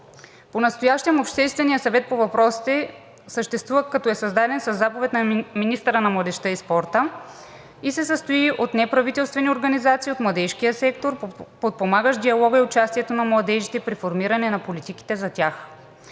Понастоящем Общественият съвет по въпросите съществува, като е създаден със заповед на министъра на младежта и спорта и се състои от неправителствени организации от младежкия сектор, подпомагащ диалога и участието на младежите при формиране на политиките за тях.